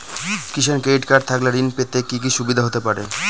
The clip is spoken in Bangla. কিষান ক্রেডিট কার্ড থাকলে ঋণ পেতে কি কি সুবিধা হতে পারে?